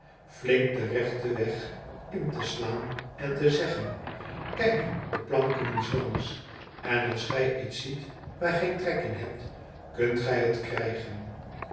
flink den rechten weg in te slaan en te zeggen kijk de planken eens langs en als gij iets ziet waar gij trek in hebt kunt gij het krijgen